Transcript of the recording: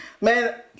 man